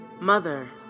Mother